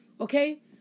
Okay